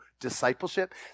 discipleship